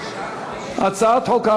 אנו